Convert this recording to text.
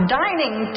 dining